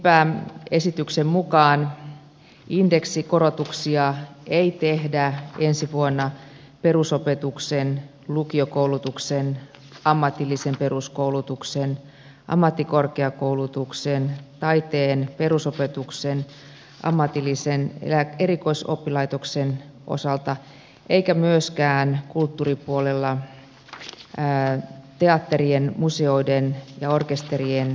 niinpä esityksen mukaan indeksikorotuksia ei tehdä ensi vuonna perusopetuksen lukiokoulutuksen ammatillisen peruskoulutuksen ammattikorkeakoulutuksen taiteen perusopetuksen ammatillisen erikoisoppilaitoksen osalta eikä myöskään kulttuuripuolella teatterien museoiden ja orkesterien valtionosuuksiin